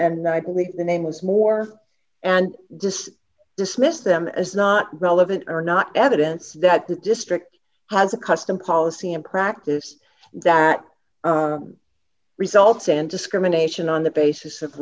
and i believe the name was more and just dismissed them as not relevant or not evidence that the district has a custom policy and practice that results and discrimination on the basis of